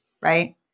right